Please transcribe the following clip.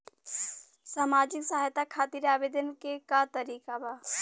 सामाजिक सहायता खातिर आवेदन के का तरीका बा?